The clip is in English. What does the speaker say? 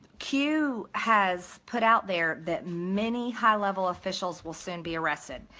q has put out there that many high level officials will soon be arrested,